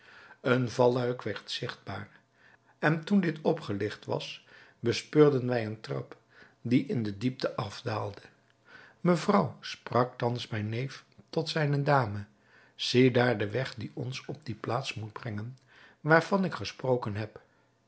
een valluik werd zigtbaar en toen dit opgeligt was bespeurden wij een trap die in de diepte afdaalde mevrouw sprak thans mijn neef tot zijne dame zie daar den weg die ons op die plaats moet brengen waarvan ik gesproken heb